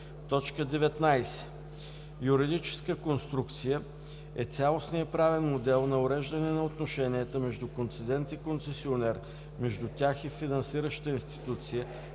19. „Юридическа конструкция“ е цялостният правен модел на уреждане на отношенията между концедент и концесионер, между тях и финансираща институция,